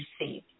receive